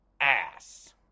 ass